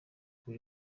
buri